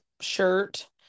shirt